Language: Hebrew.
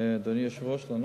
אדוני היושב-ראש, לענות?